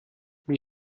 wie